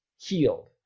healed